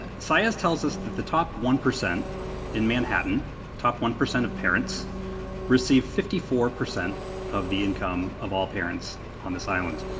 and tells us that the top one percent in manhattan top one percent of parents receive fifty four percent of the income of all parents on this island,